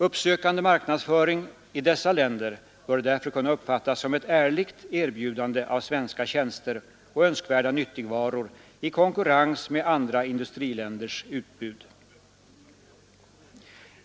Uppsökande marknadsföring i dessa länder bör därför kunna uppfattas som ett ärligt erbjudande av svenska tjänster och önskvärda nyttigvaror i konkurrens med andra industriländers utbud.